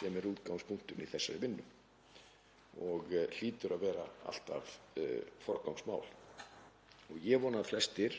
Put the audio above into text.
sem er útgangspunkturinn í þessari vinnu og hlýtur alltaf að vera forgangsmál. Ég vona að flestir